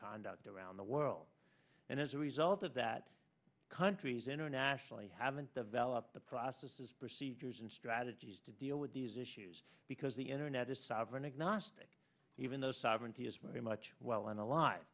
conduct around the world and as a result of that countries internationally haven't developed the processes procedures and strategies to deal with these issues because the internet is sovereign agnostic even though sovereignty is very much well and a l